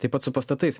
taip pat su pastatais